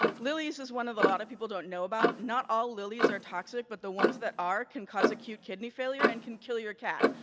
lilies is one that a lot of people don't know about. not all lilies are toxic, but the ones that are can cause acute kidney failure and can kill your cat.